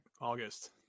August